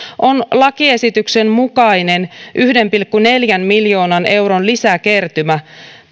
on lakiesityksen mukainen yhden pilkku neljän miljoonan euron lisäkertymä